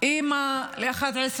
היא אימא ל-11 ילדים.